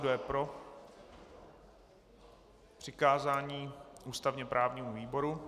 Kdo je pro přikázání ústavněprávnímu výboru.